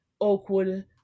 Oakwood